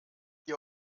ihr